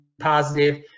positive